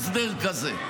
שיש בה הסדר כזה.